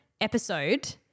episode